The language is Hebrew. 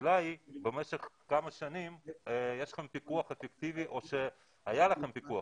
השאלה היא האם במשך כמה שנים יש לכם פיקוח אפקטיבי או שהיה לכם פיקוח